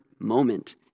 moment